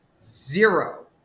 zero